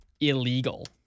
illegal